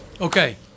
Okay